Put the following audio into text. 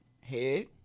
head